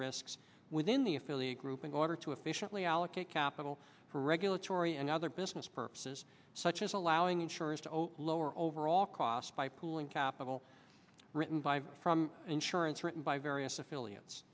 risks within the affiliate group in order to efficiently allocate capital for regulatory and other business purposes such as allowing insurers to zero lower overall costs by pooling capital written by from insurance written by various affiliates